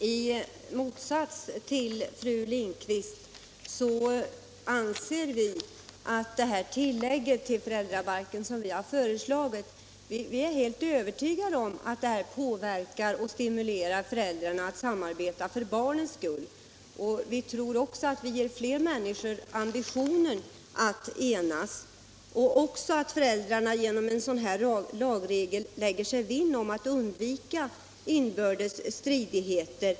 Herr talman! I motsats till fru Lindquist är vi helt övertygade om att det tillägg till föräldrabalken som vi har föreslagit kommer att påverka föräldrarna och stimulera dem att samarbeta för barnets skull. Vi tror också att det ger fler människor ambitionen att enas och att föräldrarna genom en sådan lagregel lägger sig vinn om att undvika inbördes stridigheter.